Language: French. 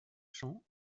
champs